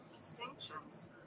distinctions